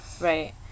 Right